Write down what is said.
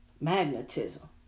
Magnetism